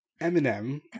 Eminem